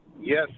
Yes